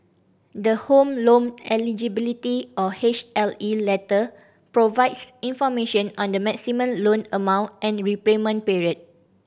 the Home Loan Eligibility or H L E letter provides information on the maximum loan amount and repayment period